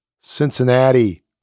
Cincinnati